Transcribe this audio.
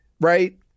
right